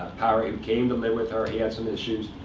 power he came to live with her. he had some issues.